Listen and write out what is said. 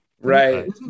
Right